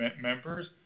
members